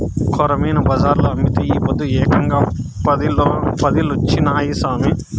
కొరమీను బజార్లో అమ్మితే ఈ పొద్దు ఏకంగా పదేలొచ్చినాయి సామి